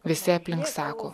visi aplink sako